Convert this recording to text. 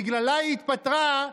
שבגללה היא התפטרה,